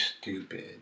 stupid